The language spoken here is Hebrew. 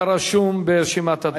אתה ברשימת הדוברים.